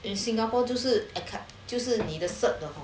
in singapore 就是 occur 就是你的 cert